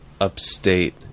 upstate